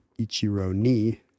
Ichiro-ni